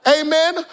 Amen